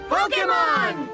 Pokemon